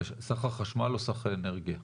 סך החשמל או סך האנרגיה?